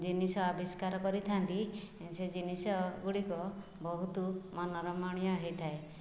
ଜିନିଷ ଆବିଷ୍କାର କରିଥାଆନ୍ତି ସେ ଜିନିଷ ଗୁଡ଼ିକ ବହୁତ ମନୋରମଣୀୟ ହେଇଥାଏ